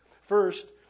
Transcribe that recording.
First